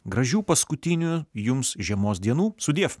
gražių paskutinių jums žiemos dienų sudiev